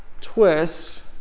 twist